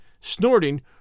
snorting